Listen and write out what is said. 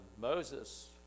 Moses